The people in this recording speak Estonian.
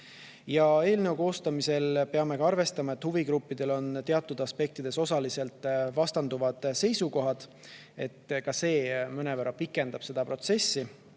eelnõu koostamisel peame ka arvestama, et huvigruppidel on teatud aspektides osaliselt vastanduvad seisukohad. Ka see mõnevõrra pikendab seda protsessi,